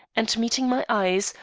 and, meeting my eyes,